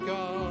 God